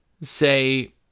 say